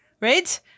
Right